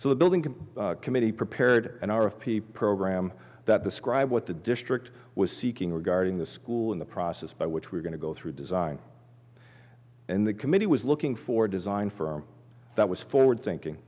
so the building committee prepared an hour of p program that describe what the district was seeking regarding the school in the process by which we're going to go through design and the committee was looking for a design firm that was forward thinking